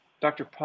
Dr